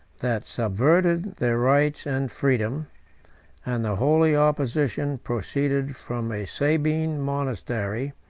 that subverted their rights and freedom and the only opposition proceeded from a sabine monastery,